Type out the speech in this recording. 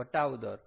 વટાવ દર